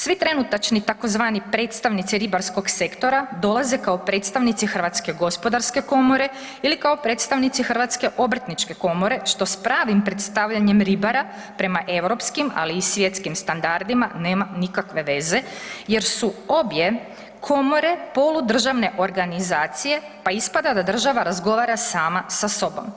Svi trenutačni tzv. predstavnici ribarskog sektora dolaze kao predstavnici Hrvatske gospodarske komore ili kao predstavnici Hrvatske obrtničke komore što s pravim predstavljanjem ribara prema europskim ali i svjetskim standardima nema nikakve veze jer su obje komore poludržavne organizacije pa ispada da država razgovara sama sa sobom.